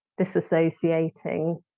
disassociating